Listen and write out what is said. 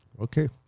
Okay